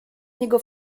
niego